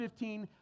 15